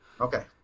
Okay